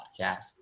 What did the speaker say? podcast